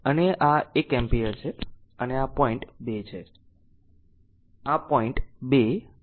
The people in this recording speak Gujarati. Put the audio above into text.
અને આ l એમ્પીયર છે અને આ પોઈન્ટ 2 છે આ પોઈન્ટ 2 આ છે આ છે